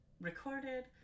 recorded